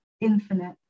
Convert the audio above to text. infinite